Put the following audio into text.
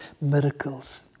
miracles